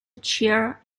chair